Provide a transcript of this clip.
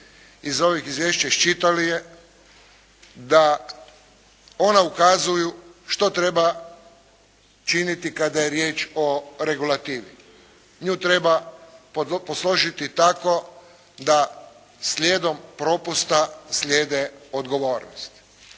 iz ovih izvješća iščitali je da ona ukazuju što treba činiti kada je riječ o regulativi. Nju treba posložiti tako da slijedom propusta slijede odgovornosti.